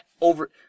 over